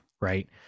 Right